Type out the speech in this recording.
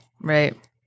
Right